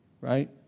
right